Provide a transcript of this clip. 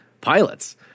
pilots